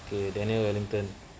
daniel wellington